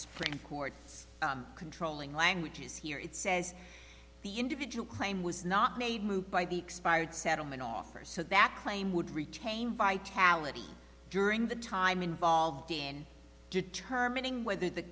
frank court controlling language is here it says the individual claim was not made moot by the expired settlement offer so that claim would retain vitality during the time involved in determining whether the